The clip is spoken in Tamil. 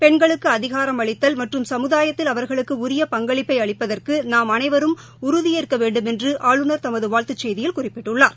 பெண்களுக்குஅதிகாரம் மற்றும் சமுதாயத்தில் அவர்களுக்குஉரிய பங்களிப்பைஅளிப்பதற்குநாம் அனைவரும் உறுதியேற்கவேண்டுமென்றுஆளுநர் தமதுவாழ்த்துச் செய்தியில் குறிப்பிட்டுள்ளார்